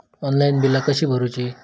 Online बिला कशी भरूची?